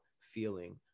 feeling